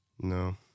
No